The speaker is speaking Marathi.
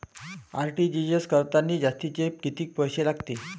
आर.टी.जी.एस करतांनी जास्तचे कितीक पैसे लागते?